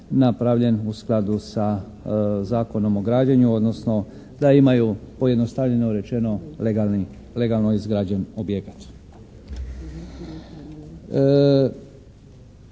napravljen u skladu sa Zakonom o građenju odnosno da imaju pojednostavljeno rečeno legalni, legalno izgrađen objekat.